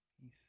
peace